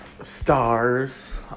stars